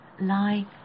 lie